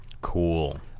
Cool